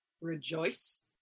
Rejoice